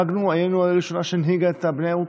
היינו העיר הראשונה שהנהיגה את הבנייה הירוקה.